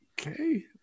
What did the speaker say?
okay